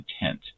intent